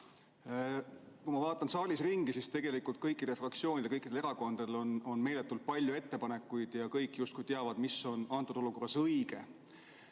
Kui ma vaatan saalis ringi, siis tegelikult kõikidel fraktsioonidel, kõikidel erakondadel on meeletult palju ettepanekuid ja kõik justkui teavad, mis on antud olukorras õige.